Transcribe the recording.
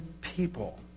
people